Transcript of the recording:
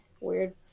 Weird